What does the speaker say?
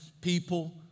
people